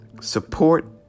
support